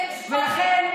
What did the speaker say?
ולכן,